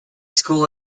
school